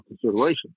consideration